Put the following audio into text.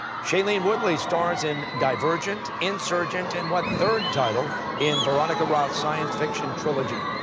shailene woodley stars in divergent, insurgent, and what third title in veronica roth's science fiction trilogy?